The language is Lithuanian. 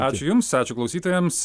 ačiū jums ačiū klausytojams